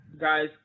guys